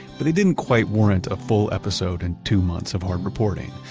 but they didn't quite warrant a full episode and two months of hard reporting,